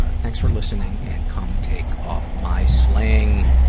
ah thanks for listening and come take off my sling!